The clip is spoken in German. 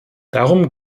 darum